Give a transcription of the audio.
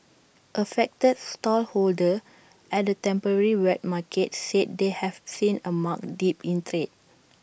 affected stallholders at the temporary wet market said they have seen A marked dip in trade